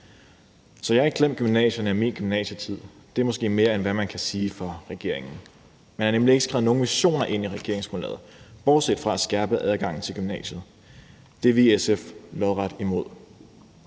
Så jeg har ikke glemt gymnasierne og min gymnasietid – det er måske mere, end hvad man kan sige om regeringen. Man har nemlig ikke skrevet nogen visioner ind i regeringsgrundlaget, bortset fra skærpet adgang til gymnasiet. Det er vi i SF lodret imod.